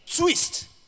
twist